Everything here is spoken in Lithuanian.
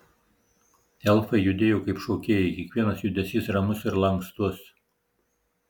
elfai judėjo kaip šokėjai kiekvienas judesys ramus ir lankstus